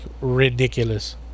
Ridiculous